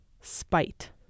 Spite